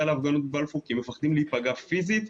להפגנות בבלפור כי הם מפחדים להיפגע פיזית.